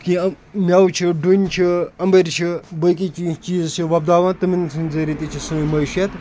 کیٚنٛہہ مٮ۪وٕ چھِ ڈوٗنۍ چھِ اَمبٕرۍ چھِ بٲقی کیٚنٛہہ چیٖز چھِ وۄپداوان تِمَن ہٕنٛز ذٔریہِ تہِ چھِ سٲنۍ معٲشِیَت